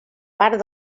part